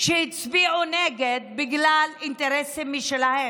שהצביעו נגד בגלל אינטרסים משלהם.